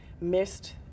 missed